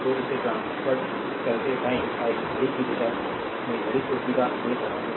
तो इसे ट्रांस्फरेद करते टाइम आई घड़ी की दिशा में घड़ी को सीधा देख रहा हूं